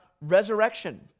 resurrection